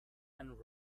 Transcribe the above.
and